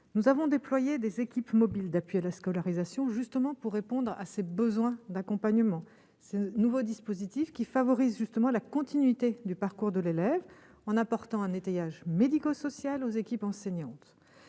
nous avons déployé des équipes mobiles d'appui à la scolarisation justement pour répondre à ces besoins d'accompagnement, ce nouveau dispositif qui favorisent justement la continuité du parcours de l'élève, en apportant un étayage médico-social, aux équipes enseignantes